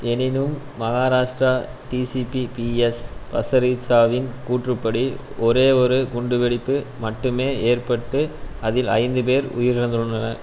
எனினும் Maharashtra DCP P S பஸரீச்சாவின் கூற்றுப்படி ஒரே ஒரு குண்டுவெடிப்பு மட்டுமே ஏற்பட்டு அதில் ஐந்து பேர் உயிரிழந்துள்ளனர்